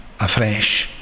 Afresh